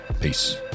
Peace